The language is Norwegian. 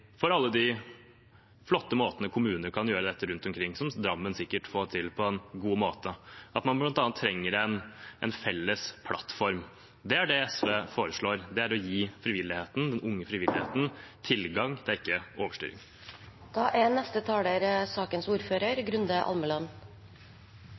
for alle de flotte måtene kommuner kan gjøre dette på rundt omkring – som Drammen sikkert får til på en god måte – at man bl.a. trenger en felles plattform. Det er det SV foreslår – å gi den unge frivilligheten tilgang. Det er ikke overstyring. Det er